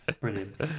Brilliant